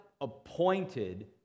appointed